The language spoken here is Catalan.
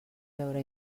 veure